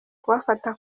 kubafata